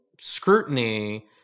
scrutiny